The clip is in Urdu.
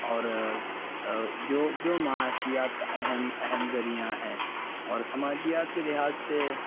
اور جو جو معاشیات کا اہم اہم ذریعہ ہیں اور سماجیات کے لحاظ سے